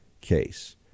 case